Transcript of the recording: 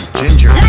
ginger